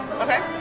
Okay